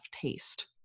taste